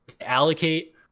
Allocate